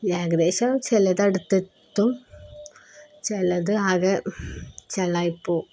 ഏകദേശം ചിലത് അടുത്തെത്തും ചിലത് ആകെ ചളമായിപ്പോകും